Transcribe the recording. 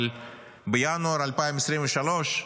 אבל בינואר 2023,